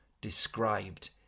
described